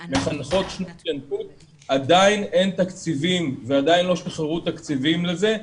אבל עדיין אין תקציבים ועדיין לא שוחררו תקציבים לזה.